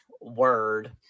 Word